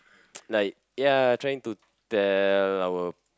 like ya trying to tell our